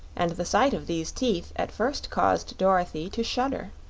and the sight of these teeth at first caused dorothy to shudder.